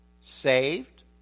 saved